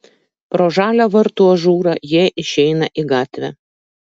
pro žalią vartų ažūrą jie išeina į gatvę